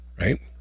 Right